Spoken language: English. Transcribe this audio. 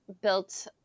built